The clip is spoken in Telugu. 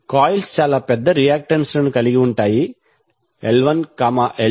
కాయిల్స్ చాలా పెద్ద రియాక్టెన్స్ లను కలిగి ఉంటాయి L1L2M→∞ 2